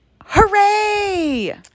Hooray